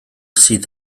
sydd